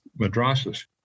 madrasas